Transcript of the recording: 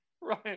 Right